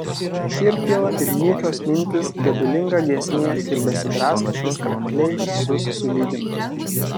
širdgėla ir niūkios mintys gedulinga giesmė ir besidraskantys krankliai visus sulygina